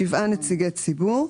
שבעה נציגי ציבור.